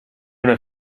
una